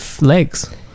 legs